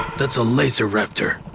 that's a laser-raptor.